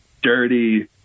Dirty